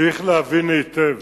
צריך להבין היטב,